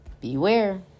Beware